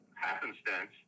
happenstance